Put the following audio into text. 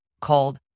called